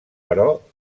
però